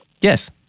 Yes